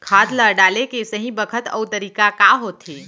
खाद ल डाले के सही बखत अऊ तरीका का होथे?